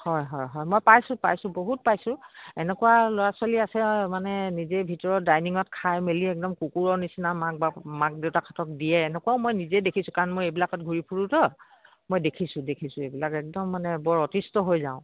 হয় হয় হয় মই পাইছোঁ পাইছোঁ বহুত পাইছোঁ এনেকুৱা ল'ৰা ছোৱালী আছে মানে নিজে ভিতৰত ডাইনিঙত খাই মেলি একদম কুকুৰৰ নিচিনা মাক বা মাক দেউতাকহঁতক দিয়ে এনেকুৱা মই নিজে দেখিছোঁ কাৰণ মই এইবিলাকত ঘূৰি ফুৰোঁ মই দেখিছোঁ দেখিছোঁ এইবিলাক একদম মানে বৰ অতিষ্ঠ হৈ যাওঁ